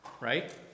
Right